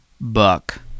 Buck